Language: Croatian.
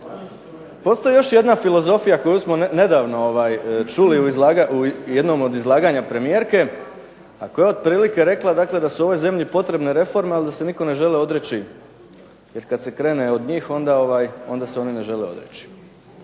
postoji još jedna filozofija koju smo nedavno čuli u jednom od izlaganja premijerke, a koja je otprilike rekla dakle da se ovoj zemlji potrebne reforme, ali da se nitko ne želi odreći jer kad se krene od njih onda se oni ne žele odreći.